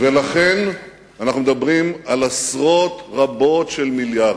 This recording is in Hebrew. ולכן אנחנו מדברים על עשרות רבות של מיליארדים.